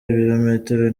ibirometero